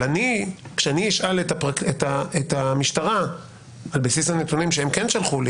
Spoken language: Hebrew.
את המשטרה על בסיס הנתונים שהם שלחו לי